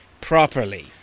properly